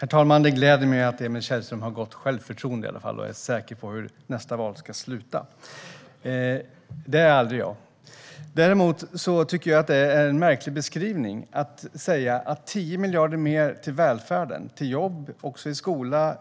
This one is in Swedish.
Herr talman! Det gläder mig att Emil Källström har gott självförtroende och är säker på hur nästa val kommer att gå. Det är aldrig jag. Det låter märkligt att 10 miljarder mer till välfärden - till jobb, skola,